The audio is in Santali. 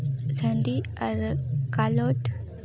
ᱥᱟᱺᱰᱤ ᱟᱨ ᱠᱟᱞᱚᱴ